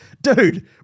dude